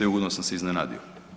I ugodno sam se iznenadio.